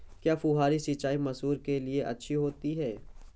क्या फुहारी सिंचाई मसूर के लिए अच्छी होती है?